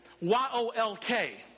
Y-O-L-K